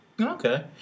Okay